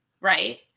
right